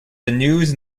news